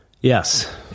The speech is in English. Yes